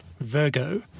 Virgo